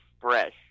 fresh